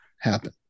happen